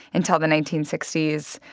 until the nineteen sixty s,